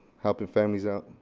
helping families out.